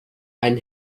einen